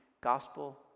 gospel